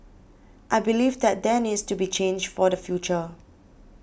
I believe that there needs to be change for the future